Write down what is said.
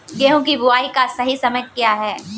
गेहूँ की बुआई का सही समय क्या है?